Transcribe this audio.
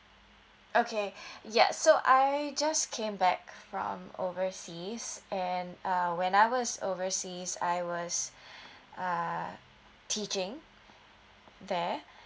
okay ya so I just came back from overseas and uh when I was overseas I was uh teaching there